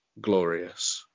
Glorious